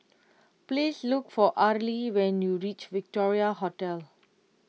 please look for Arly when you reach Victoria Hotel